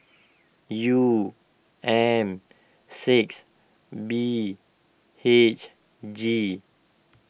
U M six B H G